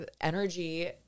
energy